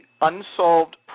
unsolved